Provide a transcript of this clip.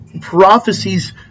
prophecies